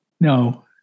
No